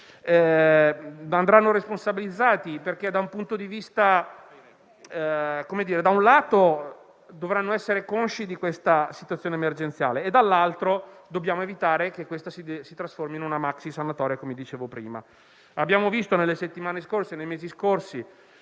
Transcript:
- siano responsabilizzate. Da un lato, dovranno essere consce di questa situazione emergenziale e, dall'altro, dobbiamo evitare che questo si trasformi in una maxi-sanatoria, come dicevo in precedenza. Abbiamo visto nelle settimane e nei mesi scorsi